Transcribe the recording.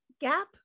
gap